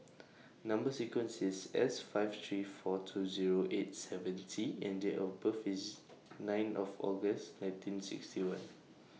Number sequence IS S five three four two Zero eight seven T and Date of birth IS nine of August nineteen sixty one